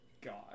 god